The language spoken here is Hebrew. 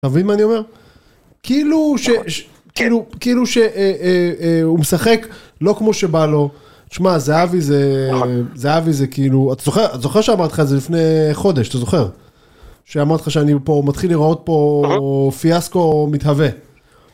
אתה מבין מה אני אומר? כאילו ש... ש... כאילו ש... אה... אה... הוא משחק לא כמו שבא לו... תשמע, זהבי זה... זהבי זה כאילו... אתה זוכר... אתה זוכר שאמרתי לך את זה לפני חודש, אתה זוכר? שאמרתי לך שאני פה... מתחיל להיראות פה פיאסקו מתהווה.